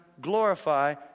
glorify